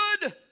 good